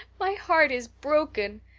my heart is broken.